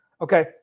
Okay